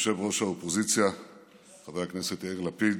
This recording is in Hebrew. יושב-ראש האופוזיציה חבר הכנסת יאיר לפיד,